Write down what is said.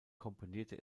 komponierte